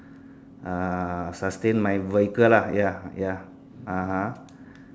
uh sustain my vehicle ah ya ya (uh huh)